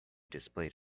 displayed